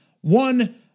one